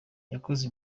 yakoze